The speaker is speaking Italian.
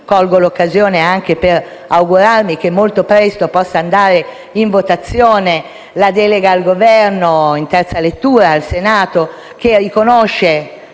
Colgo l'occasione anche per augurarmi che molto presto possa andare in votazione la delega al Governo, in terza lettura al Senato, che riconosce